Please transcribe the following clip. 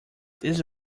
this